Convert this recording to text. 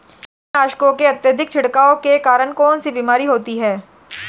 कीटनाशकों के अत्यधिक छिड़काव के कारण कौन सी बीमारी होती है?